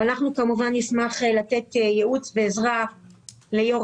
אנחנו כמובן נשמח לתת ייעוץ ועזרה ליושב